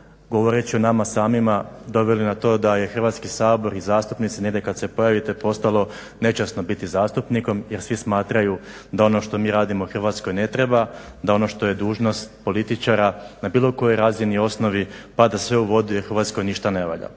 govoreći o nama samima doveli na to da je Hrvatski sabor i zastupnici negdje kad se pojavite postalo nečasno biti zastupnikom jer svi smatraju da ono što mi radimo Hrvatskoj ne treba, da ono što je dužnost političara na bilo kojoj razini osnovi pada sve u vodu jer Hrvatskoj ništa ne valja.